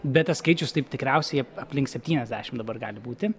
bet tas skaičius taip tikriausiai aplink sepetyniasdešimt dabar gali būti